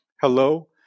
Hello